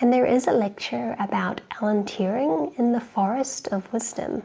and there is a lecture about alan turing in the forest of wisdom.